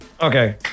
Okay